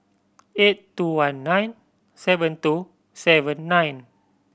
eight two one nine seven two seven nine